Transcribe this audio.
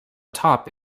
top